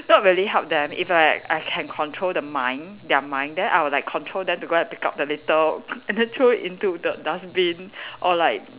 not really help them if I like I can control the mind their mind then I will like control them to go and pick up the litter and then throw it into the dustbin or like